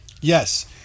Yes